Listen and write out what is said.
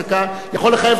יכול לחייב את הממשלה.